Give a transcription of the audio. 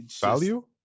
Value